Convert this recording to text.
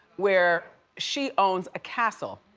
where she owns a castle.